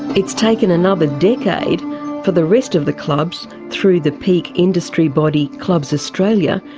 it's taken another decade for the rest of the clubs, through the peak industry body clubs australia,